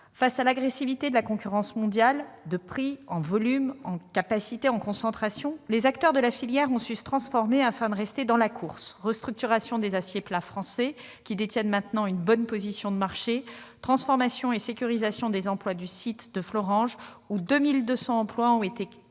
Face à l'agressivité de la concurrence mondiale en termes de prix, de volumes, de capacités, de concentration, les acteurs de la filière ont su se transformer afin de rester dans la course : restructuration des aciers plats français, qui détiennent maintenant une bonne position de marché, transformation et sécurisation des emplois du site de Florange, où 2 200 emplois ont été conservés